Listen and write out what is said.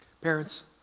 Parents